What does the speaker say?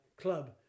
club